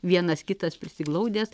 vienas kitas prisiglaudęs